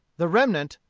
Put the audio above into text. the remnant,